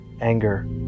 anger